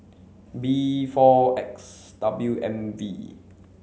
B four X W M V